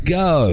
go